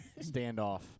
standoff